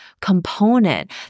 component